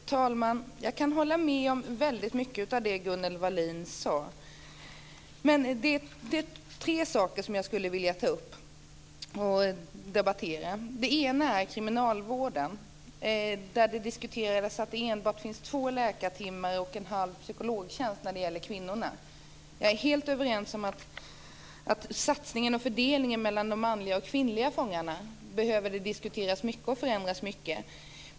Fru talman! Jag kan hålla med om väldigt mycket av det som Gunnel Wallin sade. Det är tre saker som jag skulle vilja ta upp och debattera. Det första är kriminalvården. Det sades att det finns bara två läkartimmar och en halv psykologtjänst för kvinnorna. Jag delar uppfattningen att man behöver diskutera och förändra mycket när det gäller satsningen och fördelningen mellan de manliga och kvinnliga fångarna.